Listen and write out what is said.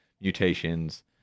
mutations